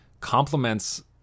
complements